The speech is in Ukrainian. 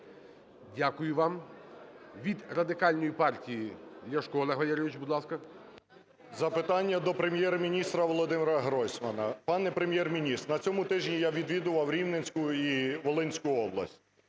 Дякую вам. Від Радикальної партії Ляшко Олег Валерійович, будь ласка. 10:39:15 ЛЯШКО О.В. Запитання до Прем'єр-міністра ВолодимираГройсмана. Пане Прем'єр-міністр, на цьому тижні я відвідував Рівненську і Волинську області,